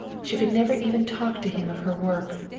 she could never even talk to him of her work,